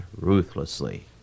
ruthlessly